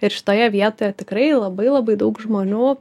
ir šitoje vietoje tikrai labai labai daug žmonių